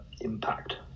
impact